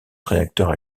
réacteurs